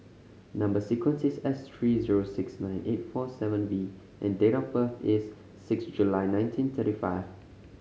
number sequence is S three zero six nine eight four seven V and date of birth is six July nineteen thirty five